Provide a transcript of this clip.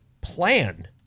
plan